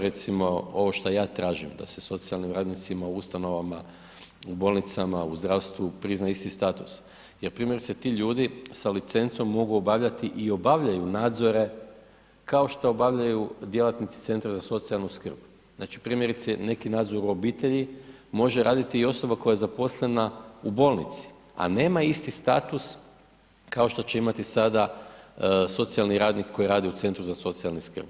Recimo, ovo što ja tražim da se socijalnim radnicima u ustanovama, u bolnicama, u zdravstvu prizna isti status jer primjerice, tu ljudi sa licencom mogu obavljati i obavljaju nadzore kao što obavljaju djelatnici Centra za socijalnu skrb. znači primjerice, neki nadzor u obitelji može raditi i osoba koja je zaposlena u bolnici, a nema isti status kao što će imati sada socijalni radnik koji radi u SZSS-u.